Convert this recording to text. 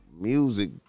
music